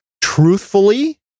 Truthfully